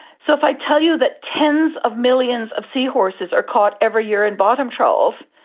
so if i tell you that tens of millions of seahorses are caught every year in bottom trawls,